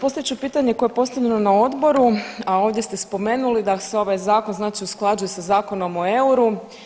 Postavit ću pitanje koje je postavljeno na odboru, a ovdje ste spomenuli da se ovaj zakon, znači usklađuje sa Zakonom o euru.